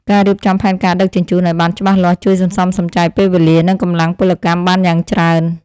ការរៀបចំផែនការដឹកជញ្ជូនឱ្យបានច្បាស់លាស់ជួយសន្សំសំចៃពេលវេលា និងកម្លាំងពលកម្មបានយ៉ាងច្រើន។